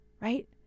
right